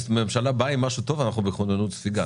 כשהממשלה באה עם משהו טוב אנחנו בכוננות ספיגה.